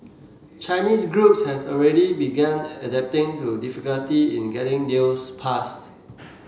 Chinese groups have already begun adapting to difficulty in getting deal passed